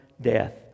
death